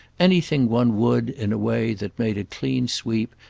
anything one would, in a way that made a clean sweep,